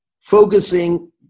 focusing